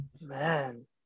Man